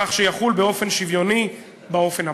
כך שיחול באופן שוויוני באופן הבא.